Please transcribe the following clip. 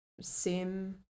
sim